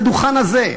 מהדוכן הזה.